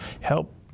help